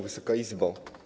Wysoka Izbo!